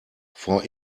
vor